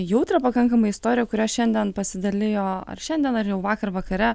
jautrią pakankamai istoriją kuria šiandien pasidalijo ar šiandien ar jau vakar vakare